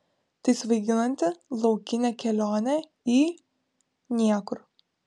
tai svaiginanti laukinė kelionė į niekur